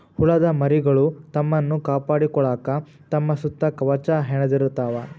ಹುಳದ ಮರಿಗಳು ತಮ್ಮನ್ನ ಕಾಪಾಡಕೊಳಾಕ ತಮ್ಮ ಸುತ್ತ ಕವಚಾ ಹೆಣದಿರತಾವ